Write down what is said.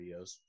videos